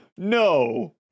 No